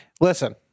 Listen